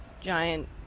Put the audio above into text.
giant